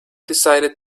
decided